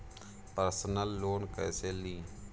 Personal loan कैसे ली?